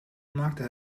maakte